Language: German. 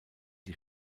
die